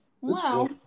Wow